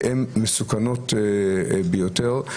שהן מסוכנות ביותר.